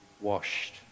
washed